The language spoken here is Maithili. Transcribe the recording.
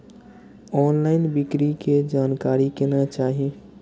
ऑनलईन बिक्री के जानकारी केना चाही?